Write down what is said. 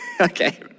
Okay